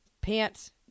pants